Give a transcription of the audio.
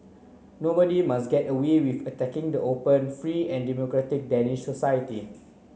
nobody must get away with attacking the open free and democratic Danish society